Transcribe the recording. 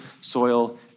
soil